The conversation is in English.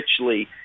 richly